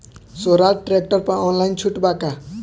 सोहराज tractor पर online छूट बा का?